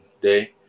day